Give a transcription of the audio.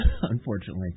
unfortunately